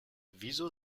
wieso